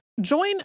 Join